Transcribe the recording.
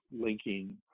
linking